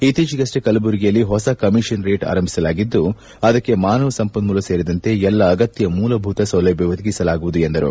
ಇತ್ತಿಚೆಗಷ್ಟೆ ಕಲ್ಬುರ್ಗಿಯಲ್ಲಿ ಹೊಸ ಕಮಿಷನರೇಟ್ ಆರಂಭಿಸಲಾಗಿದ್ದು ಅದಕ್ಕೆ ಮಾನವ ಸಂಪನ್ಮೂಲ ಸೇರಿದಂತೆ ಎಲ್ಲ ಅಗತ್ತ ಮೂಲಭೂತ ಸೌಲಭ್ಯ ಒದಗಿಸಲಾಗುವುದು ಎಂದರು